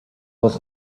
was